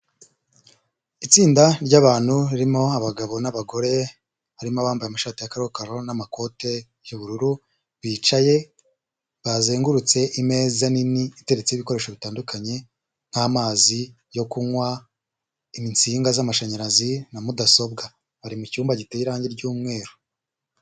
Itsinda ry'abantu ririmo abagabo n'abagore, harimo abambaye amashati ya karokaro n'amakote y'ubururu bicaye, bazengurutse imeza nini iteretseho ibikoresho bitandukanye nk'amazi yo kunywa, insinga z'amashanyarazi na mudasobwa. Bari mu cyumba giteye irangi ry'umweru.